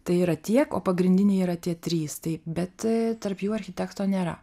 tai yra tie pagrindiniai yra tie trys tai bet tarp jų architekto nėra